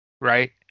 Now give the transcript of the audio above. right